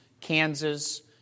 Kansas